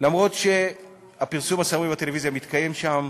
אף שהפרסום הסמוי בטלוויזיה מתקיים שם